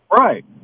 Right